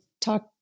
talk